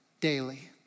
daily